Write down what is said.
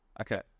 Okay